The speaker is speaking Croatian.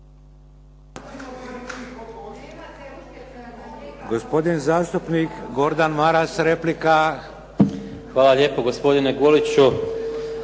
Hvala lijepo gospodine Guliću.